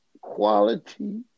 quality